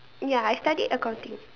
ya I studied accounting